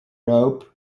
rope